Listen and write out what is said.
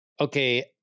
Okay